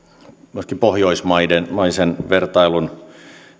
myöskin pohjoismaisen vertailun